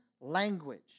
language